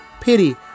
pity